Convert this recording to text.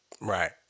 Right